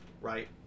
right